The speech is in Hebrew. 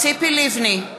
ציפי לבני,